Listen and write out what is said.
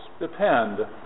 depend